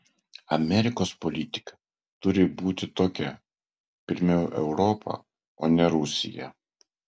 amerikos politika turi būti tokia pirmiau europa o ne rusija